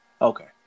Okay